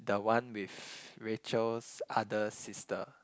the one with Rachel's other sister